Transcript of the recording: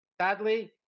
Sadly